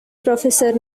professor